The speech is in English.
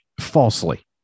falsely